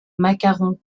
macarons